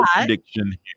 prediction